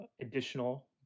additional